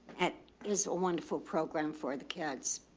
at is a wonderful program for the kids.